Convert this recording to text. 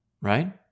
right